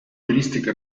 turistico